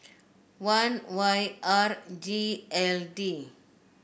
one Y R G L D